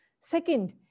Second